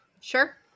Sure